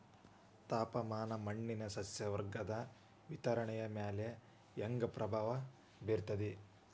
ತಾಪಮಾನ ಮಣ್ಣಿನ ಸಸ್ಯವರ್ಗದ ವಿತರಣೆಯ ಮ್ಯಾಲ ಹ್ಯಾಂಗ ಪ್ರಭಾವ ಬೇರ್ತದ್ರಿ?